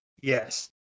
Yes